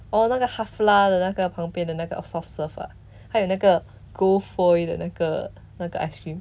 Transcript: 哦那个 hafele 的那个旁边的那个 soft serve ah 还有那个 gold foil 的那个那个 ice cream